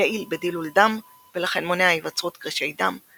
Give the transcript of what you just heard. יעיל בדילול דם ולכן מונע היווצרות קרישי דם,